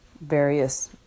various